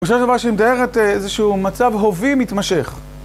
אני חושב שזה דבר שמתאר את איזשהו מצב הווי מתמשך.